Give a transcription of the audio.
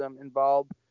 involved